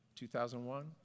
2001